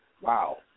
Wow